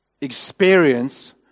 experience